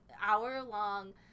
hour-long